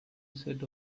sat